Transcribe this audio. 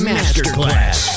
Masterclass